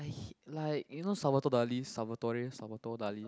i like you know Salvatore Dali Salvatore Salvatore Dali